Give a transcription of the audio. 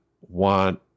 want